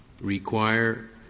require